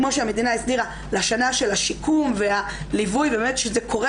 כמו שהמדינה הסדירה לשנה של השיקום והליווי שזה קורה,